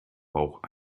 bauch